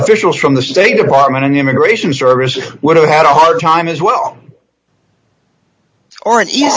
officials from the state department and immigration services would have had a hard time as well aren't ye